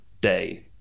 day